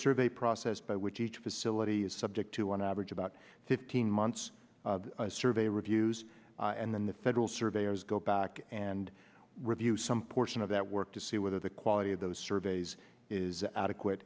survey process by which each facility is subject to on average about fifteen months survey reviews and then the federal surveyors go back and review some portion of that work to see whether the quality of those surveys is adequate